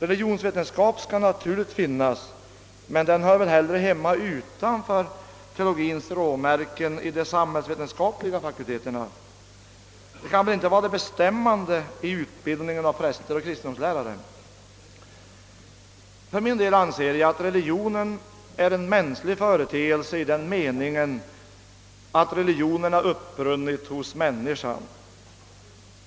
Religionsvetenskap skall naturligtvis finnas, men den hör väl hemma utanför teologiens råmärken i de samhällsvetenskapliga fakulteterna. Och dessa kan väl inte vara de bestämmande i utbildningen av präster och kristendomslärare? För min del anser jag att religionen är en mänsklig företeelse i den meningen att religionen har upprunnit hos människan.